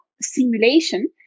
simulation